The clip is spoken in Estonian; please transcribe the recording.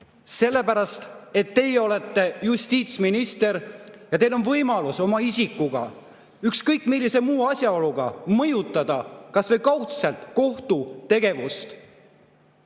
Sellepärast, et teie olete justiitsminister ja teil on võimalus oma isikuga, ükskõik millise muu asjaoluga mõjutada kas või kaudselt kohtu tegevust.